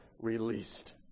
released